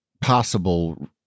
possible